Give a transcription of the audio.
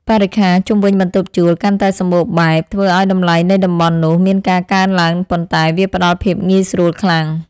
បរិក្ខារជុំវិញបន្ទប់ជួលកាន់តែសម្បូរបែបធ្វើឱ្យតម្លៃនៃតំបន់នោះមានការកើនឡើងប៉ុន្តែវាផ្តល់ភាពងាយស្រួលខ្លាំង។